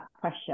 pressure